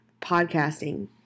podcasting